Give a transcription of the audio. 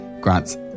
Grant's